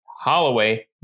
Holloway